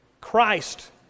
Christ